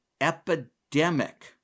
epidemic